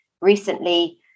recently